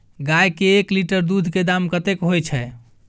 गाय के एक लीटर दूध के दाम कतेक होय छै?